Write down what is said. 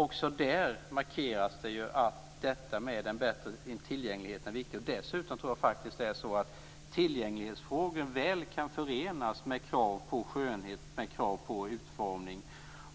Också där markeras det att detta med en bättre tillgänglighet är viktigt. Dessutom tror jag att tillgänglighetsfrågor väl kan förenas med krav på skönhet och utformning.